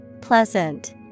Pleasant